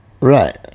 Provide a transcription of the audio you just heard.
Right